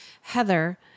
Heather